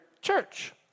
church